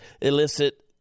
illicit